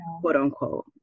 quote-unquote